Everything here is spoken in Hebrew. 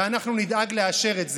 ואנחנו נדאג לאשר את זה,